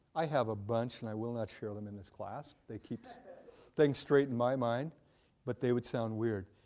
i have a bunch and i will not share them in this class. they keep things straight in my mind but they would sound weird.